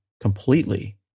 completely